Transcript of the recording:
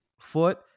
foot